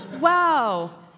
Wow